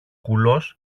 κουλός